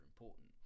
important